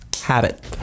habit